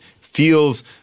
feels